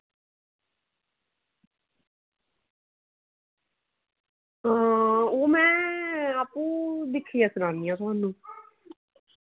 आं ओह् में आपूं दिक्खियै सनानी आं थुहानू